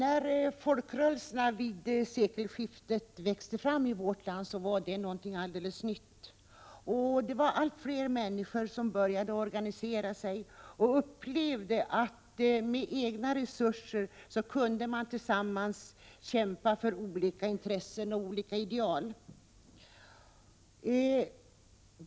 Fru talman! När folkrörelserna vid sekelskiftet växte fram i vårt land var de något helt nytt. Allt fler människor började organisera sig, och de upplevde att de med egna resurser kunde kämpa tillsammans för olika intressen och olika ideal.